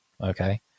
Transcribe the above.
Okay